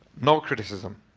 no criticism.